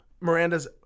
Miranda's